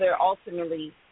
ultimately